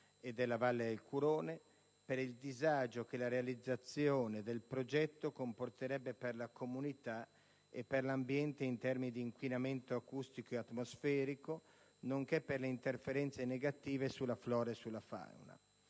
e della Valle del Curone» e «del disagio che la realizzazione del progetto comporterebbe per la comunità e per l'ambiente in termini di inquinamento acustico e atmosferico, nonché per le interferenze negative sulla flora e sulla fauna».